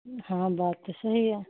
हाँ बात तो सही है